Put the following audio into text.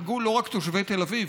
ייפגעו לא רק תושבי תל אביב,